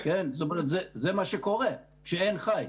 זה מה שקורה כשאין חיץ.